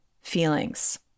feelings